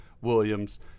Williams